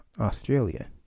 Australia